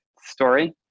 story